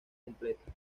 completa